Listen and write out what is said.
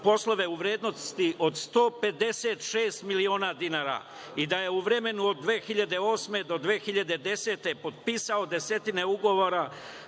poslove u vrednosti od 156 miliona dinara i da je u vremenu od 2008. godine do 2010. godine potpisao desetine ugovora